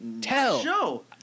tell